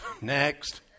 Next